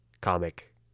comic